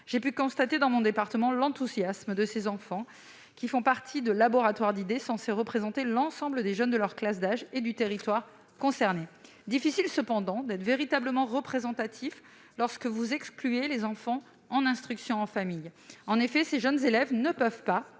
J'ai pu constater dans mon département l'enthousiasme de ces enfants, qui font partie de laboratoires d'idées censés représenter l'ensemble des jeunes de leur classe d'âge et du territoire concerné. Il est difficile cependant à ces structures d'être véritablement représentatives lorsque vous en excluez les enfants en instruction en famille. Nous ne pouvons pas